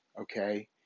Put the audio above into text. okay